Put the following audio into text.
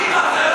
אזרחים בעלי,